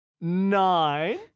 Nine